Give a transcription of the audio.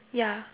ya